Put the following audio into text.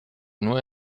nur